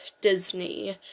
Disney